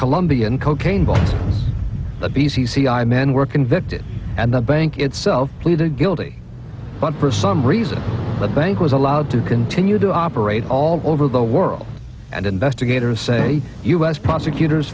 colombian cocaine by the b c c i men were convicted and the bank itself pleaded guilty but for some reason the bank was allowed to continue to operate all over the world and investigators say u s prosecutors